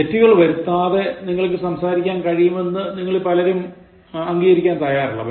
തെറ്റുകൾ വരുത്താതെ നിങ്ങൾക്കു സംസാരിക്കാൻ കഴിയും എന്ന് നിങ്ങളിൽ പലരും അങ്കികരിക്കാൻ തയ്യാറല്ല